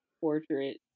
portrait